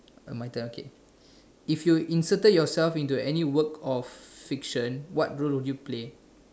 uh my turn okay if you inserted yourself into any work of fiction what role would you play